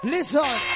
Listen